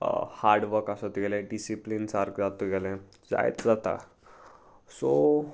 hard work आसा तुगेले discipline सारकें जाता तुगेले जायत जाता सो